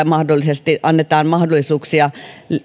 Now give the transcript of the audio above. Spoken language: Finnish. mahdollisesti lisää mahdollisuuksia